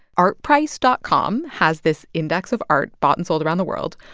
artprice dot com has this index of art bought and sold around the world.